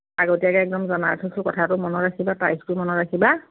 আগতীয়াকৈ একদম জনাই থৈছোঁ কথাটো মনত ৰাখিবা তাৰিখটো মনত ৰাখিবা